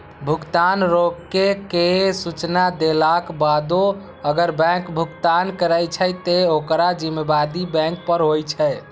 भुगतान रोकै के सूचना देलाक बादो अगर बैंक भुगतान करै छै, ते ओकर जिम्मेदारी बैंक पर होइ छै